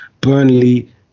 Burnley